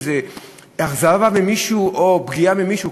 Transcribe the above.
איזו אכזבה ממישהו או פגיעה במישהו,